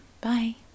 bye